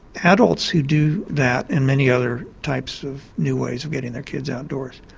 adults who do that and many other types of new ways of getting their kids outdoors,